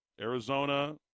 Arizona